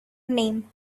name